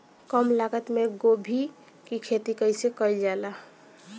कम लागत मे गोभी की खेती कइसे कइल जाला?